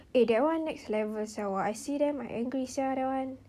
eh that one next level sia !wah! I see them I angry [sial] that one